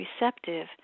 receptive